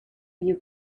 you